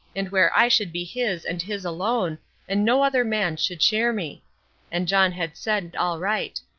and where i should be his and his alone and no other man should share me and john had said all right.